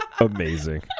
Amazing